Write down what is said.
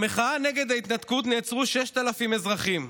במחאה נגד ההתנתקות נעצרו 6,000 אזרחים,